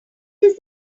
does